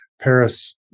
Paris